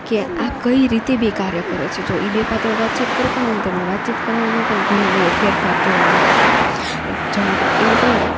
કે આ કઈ રીતે બે કાર્ય કરે છે જો ઈ બે પાત્ર વાતચીત કરતાં હોય ને તો એમાં વાતચીત કરવામાં પણ ઘણો બધો ફેરફાર જોવા મળે આપડને જો આપડે એમ કઈએ